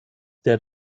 der